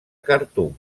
khartum